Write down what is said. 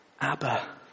Abba